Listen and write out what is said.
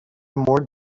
more